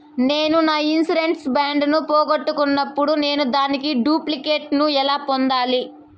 నేను నా insurance bond ను పోగొట్టుకున్నప్పుడు నేను దాని డూప్లికేట్ ను ఎలా పొందాలి?